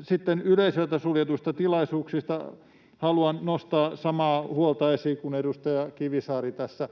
Sitten yleisöltä suljetuista tilaisuuksista haluan nostaa samaa huolta esiin kuin edustaja Kivisaari tässä.